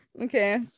Okay